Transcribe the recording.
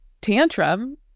tantrum